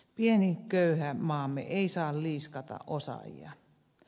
pieni köyhä maamme ei saa liiskata osaajia